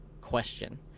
question